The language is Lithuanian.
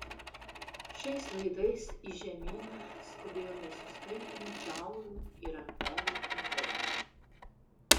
šiais laidais į žemyną skubėjo nesuskaitomi džaulių ir amperų pulkai